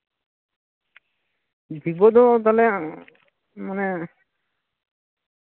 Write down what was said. ᱵᱷᱤᱵᱳ ᱫᱚ ᱛᱟᱞᱦᱮ ᱢᱟᱱᱮ